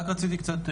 רק רציתי קצת,